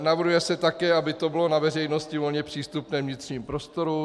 Navrhuje se také, aby to bylo na veřejnosti volně přístupné vnitřním prostorům.